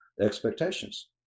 expectations